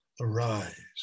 arise